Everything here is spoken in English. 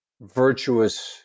virtuous